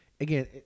again